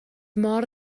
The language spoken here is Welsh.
mor